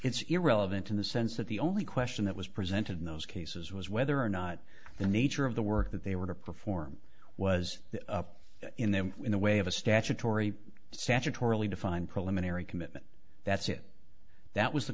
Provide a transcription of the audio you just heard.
it's irrelevant in the sense that the only question that was presented in those cases was whether or not the nature of the work that they were to perform was up in them in the way of a statutory statutorily defined preliminary commitment that's it that was the